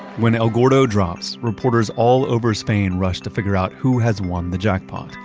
when el gordo drops, reporters all over spain rush to figure out who has won the jackpot.